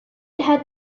had